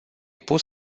pus